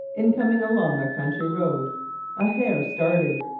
in coming along a country road a hare started,